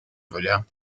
нуля